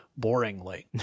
boringly